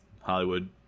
Hollywood